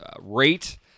rate